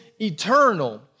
eternal